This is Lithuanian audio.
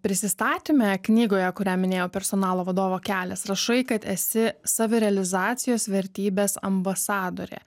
prisistatyme knygoje kurią minėjau personalo vadovo kelias rašai kad esi savirealizacijos vertybės ambasadorė